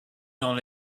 dans